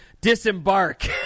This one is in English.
disembark